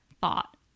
thought